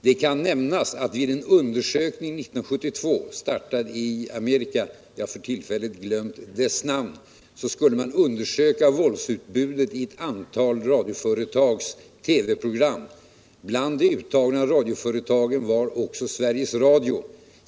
Det kan nämnas att vid en undersökning startad i Amerika 1972 —-jag har för tillfället glömt dess namn — skulle man undersöka våldsutbudet i ett antal radioföretags TV-program. Bland de uttagna radioföretagen var också Sveriges Radio.